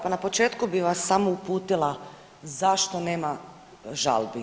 Pa na početku bih vas samo uputila zašto nema žalbi?